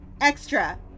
Extra